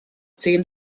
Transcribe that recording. zehn